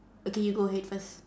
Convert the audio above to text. okay you go ahead first